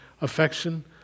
Affection